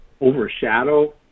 overshadow